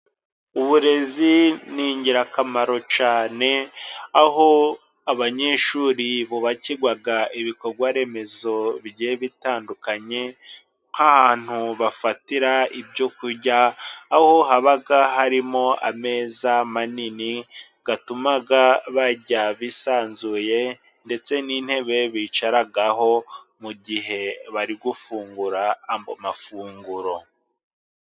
Uburezi ni ingirakamaro cyane, aho abanyeshuri bubakirwa ibikorwa remezo bigiye bitandukanye, nk'ahantu bafatira ibyo kurya, aho haba harimo ameza manini, atuma barya bisanzuye, ndetse n'intebe bicaraho mu gihe bari gufungura amafunguro.